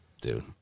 Dude